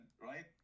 right